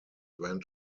went